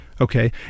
okay